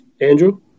Andrew